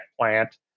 plant